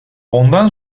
ondan